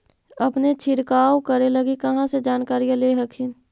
अपने छीरकाऔ करे लगी कहा से जानकारीया ले हखिन?